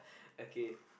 okay